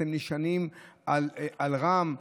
אתם נשענים על רע"מ,